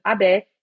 Abe